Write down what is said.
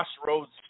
crossroads